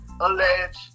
alleged